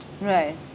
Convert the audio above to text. right